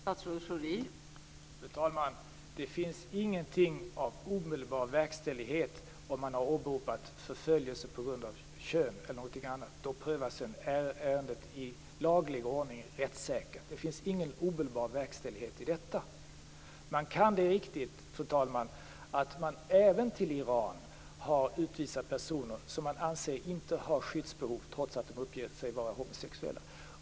Fru talman! Det finns ingenting av omedelbar verkställighet om man har åberopat förföljelse av kön eller någonting annat. Då prövas ärendet i laglig ordning och rättssäkert. Det finns ingen omedelbar verkställighet i detta. Fru talman! Det är riktigt att man även till Iran har utvisat personer som man anser inte har skyddsbehov trots att de har uppgett sig vara homosexuella.